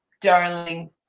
darling